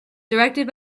directed